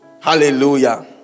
Hallelujah